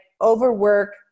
overwork